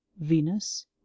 venus